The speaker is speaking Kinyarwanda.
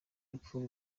rupfu